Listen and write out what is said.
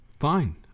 Fine